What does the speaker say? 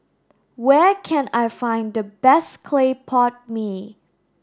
where can I find the best Clay Pot Mee